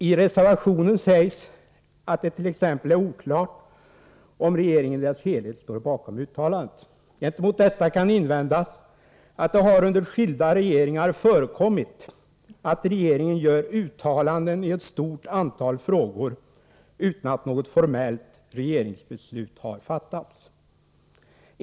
I reservationen sägs att det t.ex. är oklart om regeringen i dess helhet står bakom uttalandet. Mot detta kan invändas att skilda regeringar gjort uttalanden i ett stort antal frågor utan att något formellt regeringsbeslut har fattats.